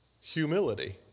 Humility